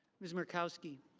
miss markowski.